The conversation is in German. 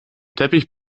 teppich